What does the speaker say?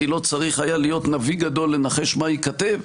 כי לא היה צריך להיות נביא גדול לנחש מה ייכתב,